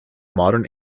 modern